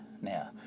Now